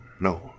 No